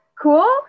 cool